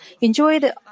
enjoyed